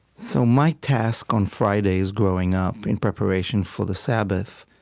so my task on fridays, growing up, in preparation for the sabbath,